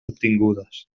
obtingudes